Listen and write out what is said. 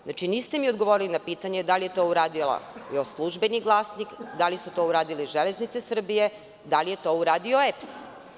Znači, niste mi odgovorili na pitanje da li je to uradio „Službeni glasnik“, da li su to uradile „Železnice Srbije“, da li je to uradio EPS.